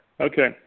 Okay